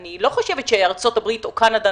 אני לא חושבת שארצות הברית או קנדה